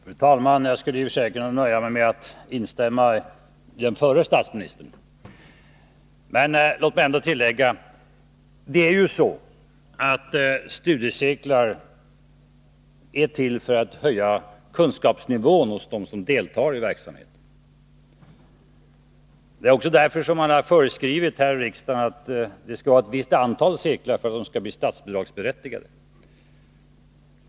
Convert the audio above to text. Fru talman! Jag skulle i och för sig kunna nöja mig med att instämma i vad förre statsministern sade. Men låt mig ändå tillägga ett par saker. Studiecirklar är som bekant till för att höja kunskapsnivån hos dem som deltar i verksamheten. Det är också därför som riksdagen har föreskrivit att studiecirklarna, för att bli statsbidragsberättigade, skall omfatta ett visst antal timmar.